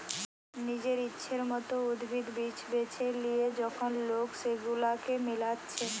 নিজের ইচ্ছের মত উদ্ভিদ, বীজ বেছে লিয়ে যখন লোক সেগুলাকে মিলাচ্ছে